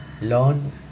learn